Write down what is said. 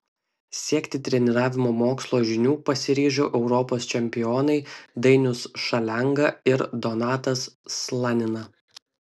siekti treniravimo mokslo žinių pasiryžo europos čempionai dainius šalenga ir donatas slanina